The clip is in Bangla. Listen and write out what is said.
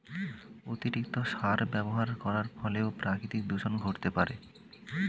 অতিরিক্ত সার ব্যবহার করার ফলেও প্রাকৃতিক দূষন ঘটতে পারে